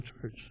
church